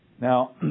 Now